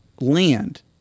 land